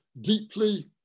deeply